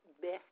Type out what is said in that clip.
best